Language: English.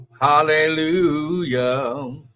Hallelujah